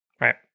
Right